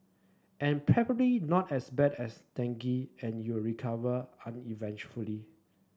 an probably not as bad as dengue and you're recover uneventfully